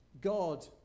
God